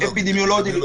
אפידמיולוגית,